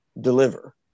deliver